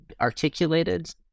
articulated